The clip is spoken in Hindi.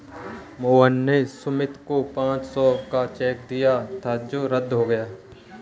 मोहन ने सुमित को पाँच सौ का चेक दिया था जो रद्द हो गया